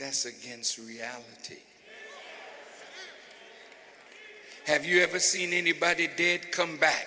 that's against reality have you ever seen anybody did come back